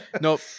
Nope